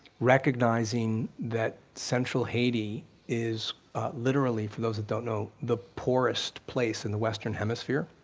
recognizing that central haiti is literally, for those that don't know, the poorest place in the western hemisphere.